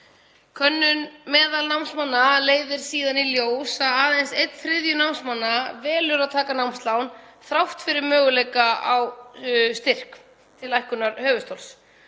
Könnun meðal námsmanna leiðir síðan í ljós að aðeins einn þriðji námsmanna velur að taka námslán þrátt fyrir möguleika á styrk til lækkunar höfuðstóls.